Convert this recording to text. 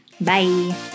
Bye